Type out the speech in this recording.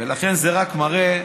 ולכן זה רק מראה,